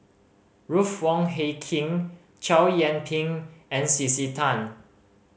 Ruth Wong Hie King Chow Yian Ping and C C Tan